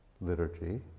Liturgy